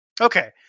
Okay